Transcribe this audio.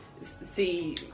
see